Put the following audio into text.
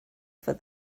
for